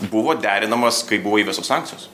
buvo derinamas kai buvo įvestos sankcijos